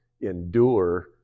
endure